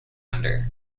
under